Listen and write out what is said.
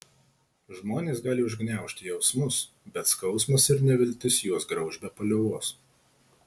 žmonės gali užgniaužti jausmus bet skausmas ir neviltis juos grauš be paliovos